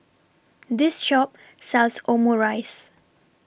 This Shop sells Omurice